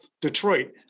Detroit